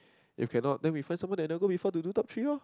if cannot then we find someone that never go before to do top three lor